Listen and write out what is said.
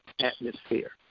atmosphere